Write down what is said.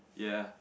ya